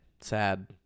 sad